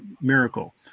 miracle